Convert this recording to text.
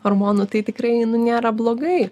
hormonų tai tikrai nu nėra blogai